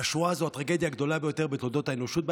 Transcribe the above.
השואה זו הטרגדיה הגדולה ביותר בתולדות האנושות.